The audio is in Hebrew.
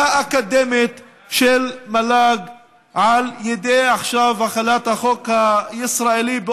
והאקדמית של המל"ג על ידי החלת החוק הישראלי עכשיו,